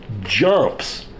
jumps